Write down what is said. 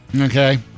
Okay